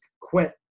quit